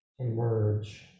emerge